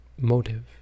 motive